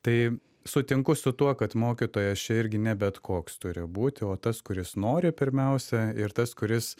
tai sutinku su tuo kad mokytojas čia irgi ne bet koks turi būt o tas kuris nori pirmiausia ir tas kuris